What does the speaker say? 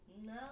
No